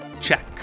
Check